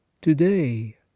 today